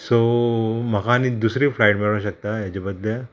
so म्हाका आनी दुसरी फ्लायट मेळो शकता हेजे बदल्याक